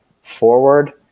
forward